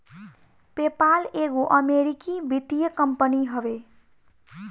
PayPal एगो अमरीकी वित्तीय कंपनी हवे